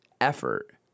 effort